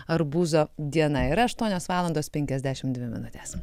arbūzo diena yra aštuonios valandos penkiasdešim dvi minutes